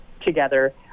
together